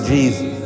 Jesus